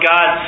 God